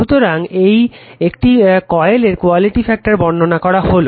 সুতরাং একটি কয়েলের কোয়ালিটি ফ্যাক্টার বর্ণনা করা হলো